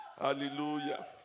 Hallelujah